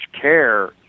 care –